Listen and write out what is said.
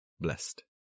blessed